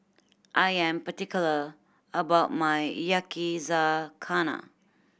I am particular about my Yakizakana